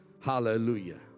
Hallelujah